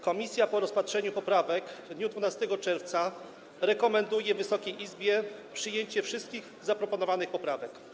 Komisja, po rozpatrzeniu poprawek w dniu 12 czerwca, rekomenduje Wysokiej Izbie przyjęcie wszystkich zaproponowanych poprawek.